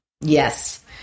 Yes